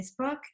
Facebook